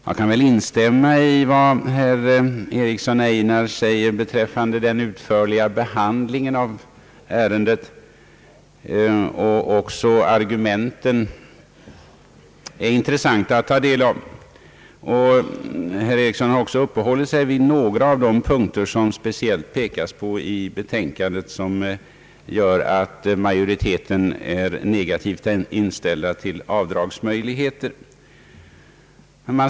Jag kan instämma i vad berr Einar Eriksson har sagt beträffande den utförliga behandlingen av ärendet, och det är intressant att ta del av argumenten. Herr Eriksson har också uppehållit sig vid några av de punkter som det speciellt pekas på i betänkandet och som gör att majoriteten är negativt inställd till möjligheten att få göra avdrag för studiemedel.